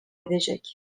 edecek